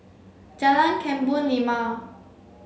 Jalan Kebun Limau